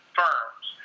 firms